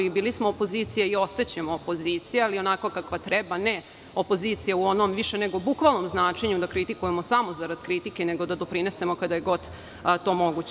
Bili smo opozicija i ostaćemo opozicija, ali onakva kakva treba, a ne opozicija u onom više nego bukvalnom značenju, da kritikujemo samo zarad kritike, nego da doprinesemo kada je god to moguće.